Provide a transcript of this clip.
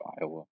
Iowa